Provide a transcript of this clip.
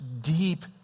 deep